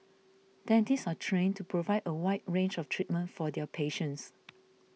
dentists are trained to provide a wide range of treatment for their patients